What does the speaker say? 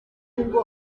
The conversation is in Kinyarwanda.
ngo